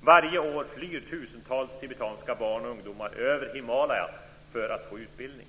Varje år flyr tusentals tibetanska barn och ungdomar över Himalaya för att få utbildning.